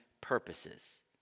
purposes